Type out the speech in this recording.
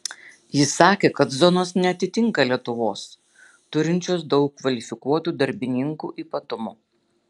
jis sakė kad zonos neatitinka lietuvos turinčios daug kvalifikuotų darbininkų ypatumų